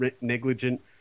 negligent